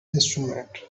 instrument